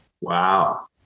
Wow